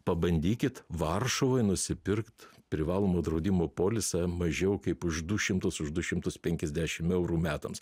pabandykit varšuvoj nusipirkt privalomo draudimo polisą mažiau kaip už du šimtus už du šimtus penkiasdešim eurų metams